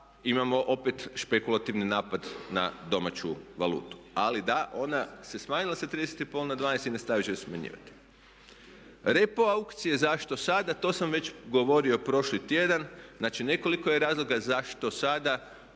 imamo opet špekulativni napad na domaću valutu. Ali da, ona se smanjila sa 30 i pol na 12 i nastavit će je smanjivati. Repo aukcije, zašto sada? Nekoliko je razloga zašto sada.